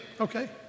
Okay